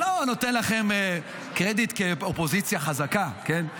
זה לא נותן לכם קרדיט כאופוזיציה חזקה, נכון?